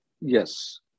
Yes